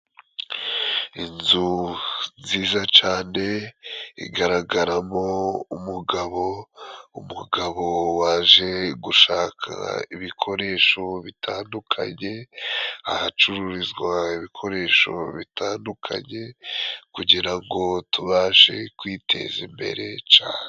Inzu nziza cane igaragaramo umugabo. Umugabo waje gushaka ibikoresho bitandukanye, ahacururizwa ibikoresho bitandukanye kugira ngo tubashe kwiteza imbere cane.